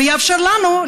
ויאפשר לנו,